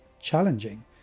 challenging